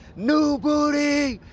new booty,